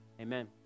Amen